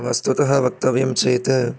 वस्तुतः वक्तव्यं चेत्